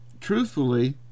truthfully